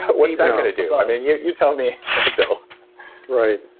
what's that going to do? i mean, yeah you tell me bill right.